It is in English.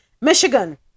Michigan